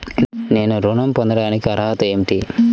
నేను ఋణం పొందటానికి అర్హత ఏమిటి?